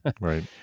Right